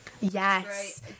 Yes